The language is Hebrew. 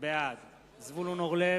בעד זבולון אורלב,